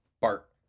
Bart